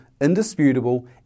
indisputable